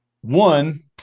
one